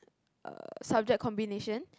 uh subject combination